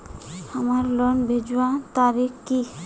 हमार लोन भेजुआ तारीख की?